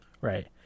right